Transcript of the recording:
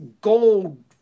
gold